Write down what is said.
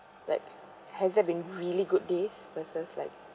like hasn't been really good days versus like